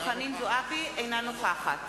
אינה נוכחת